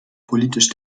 politisch